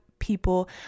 people